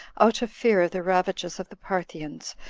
out of fear of the ravages of the parthians,